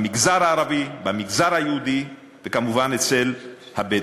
במגזר הערבי, במגזר היהודי, וכמובן אצל הבדואים.